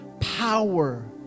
Power